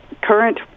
Current